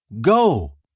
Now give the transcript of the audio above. go